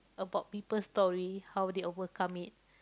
about people story how they overcome it